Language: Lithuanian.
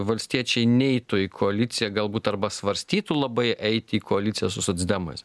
valstiečiai neitų į koaliciją galbūt arba svarstytų labai eiti į koaliciją su socdemais